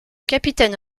capitaine